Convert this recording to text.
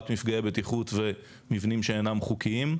מפגעי הבטיחות ומבנים שאינם חוקיים.